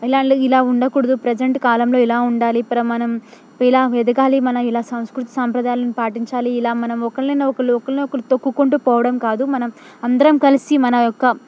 ఇలాంటి ఇలా ఉండకూడదు ప్రజంట్ కాలంలో ఇలా ఉండాలి ఇప్పుడు మనం ఇలా ఎదగాలి మనం ఇలా సంస్కృతి సంప్రదాయాలను పాటించాలి ఇలా మనం ఒకళ్ళని ఒకలు ఒకలిని ఒకలు తొక్కుకుంటూ పోవడం కాదు మనం అందరం కలిసి మన యొక్క